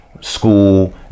School